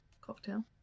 cocktail